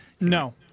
No